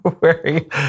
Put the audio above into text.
Wearing